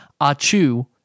Achu